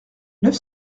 neuf